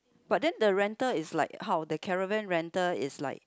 but then the rental is like how the caravan rental is like